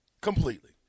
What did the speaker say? Completely